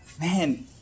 Man